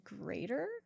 greater